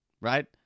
right